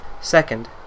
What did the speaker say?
Second